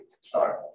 start